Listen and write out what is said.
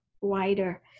wider